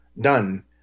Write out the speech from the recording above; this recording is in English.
done